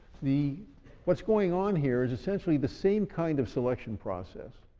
the what's going on here is essentially the same kind of selection process.